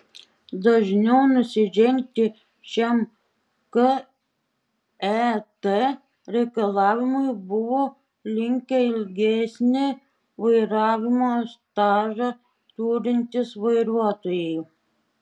dažniau nusižengti šiam ket reikalavimui buvo linkę ilgesnį vairavimo stažą turintys vairuotojai